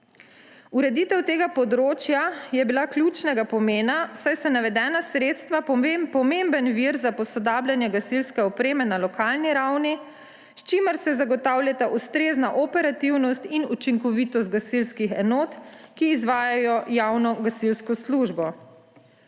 Ureditev tega področja je bila ključnega pomena, saj so navedena sredstva pomemben vir za posodabljanje gasilske opreme na lokalni ravni, s čimer se zagotavljata ustrezna operativnost in učinkovitost gasilskih enot, ki izvajajo javno gasilsko službo.